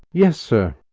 yes, sir.